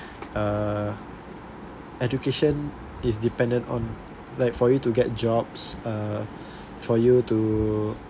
uh education is dependent on like for you to get jobs uh for you to